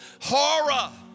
horror